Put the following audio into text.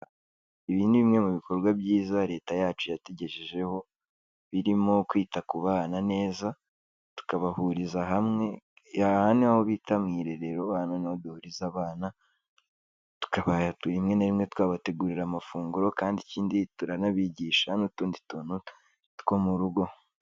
Ibi ni bimwe mu bikorwa byiza Leta yacu yatugejejeho, birimo kwita ku bana neza, tukabahuriza hamwe. Aha niho bita mu irerero, hano niho duhuriza abana, tukaba rimwe na rimwe twabategurira amafunguro kandi ikindi turanabigisha n'utundi tuntu two mu rugo.